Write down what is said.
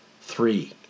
Three